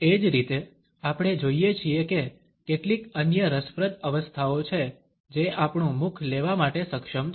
એ જ રીતે આપણે જોઇએ છીએ કે કેટલીક અન્ય રસપ્રદ અવસ્થાઓ છે જે આપણું મુખ લેવા માટે સક્ષમ છે